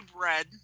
Red